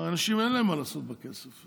אנשים, אין להם מה לעשות בכסף.